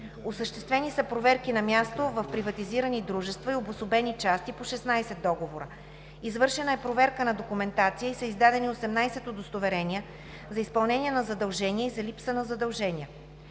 Осъществени са проверки на място в приватизирани дружества и обособени части по 16 договора. Извършена е проверка на документация и са издадени 18 удостоверения за изпълнение на задължения и за липса на задължения.